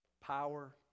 Power